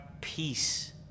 peace